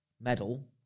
medal